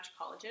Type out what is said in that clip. collagen